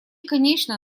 конечно